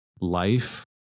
life